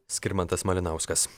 skirmantas malinauskas